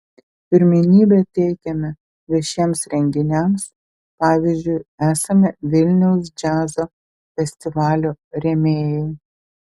pirmenybę teikiame viešiems renginiams pavyzdžiui esame vilniaus džiazo festivalio rėmėjai